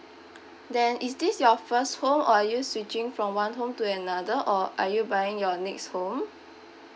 then is this your first home or are you switching from one home to another or are you buying your next home